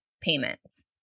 payments